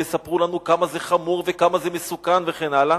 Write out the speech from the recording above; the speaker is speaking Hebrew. ויספרו לנו כמה זה חמור וכמה זה מסוכן וכן הלאה,